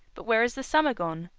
but where has the summer gone?